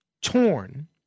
torn